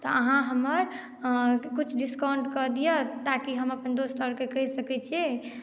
तऽअहाँ हमर किछु डिस्काउण्ट कऽ दिअ ताकि हम अपन दोस्त आओरकेँ कहि सकैत छियै